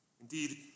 Indeed